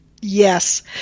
Yes